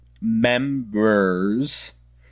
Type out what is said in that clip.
members